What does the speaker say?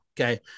Okay